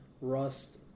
rust